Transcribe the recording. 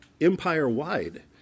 empire-wide